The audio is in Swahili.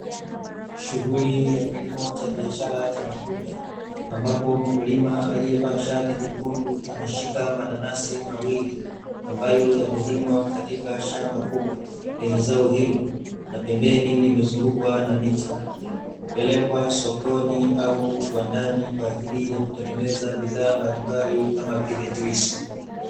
Shughuli ya kilimo cha biashara cha matunda, ambapo mkulima aliyevaa shati jekundu ameshika mananasi mawili ambayo yamelimwa katika shamba kubwa, lenye zao hilo na pembeni limezungukwa na miti, hupelekwa sokoni au kiwandani kwaajili ya kutengeneza bidhaa mbalimbali kama vile juisi.